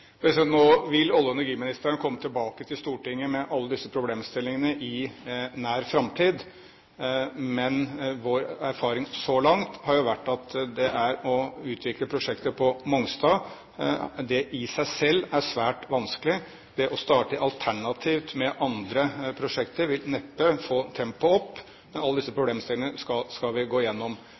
Nå vil olje- og energiministeren komme tilbake til Stortinget med alle disse problemstillingene i nær framtid. Men vår erfaring så langt har jo vært at det å utvikle prosjektet på Mongstad i seg selv er svært vanskelig, og det å starte alternativt med andre prosjekter vil neppe få tempoet opp. Men alle disse problemstillingene skal vi gå gjennom.